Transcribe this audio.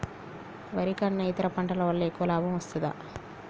వరి కన్నా ఇతర పంటల వల్ల ఎక్కువ లాభం వస్తదా?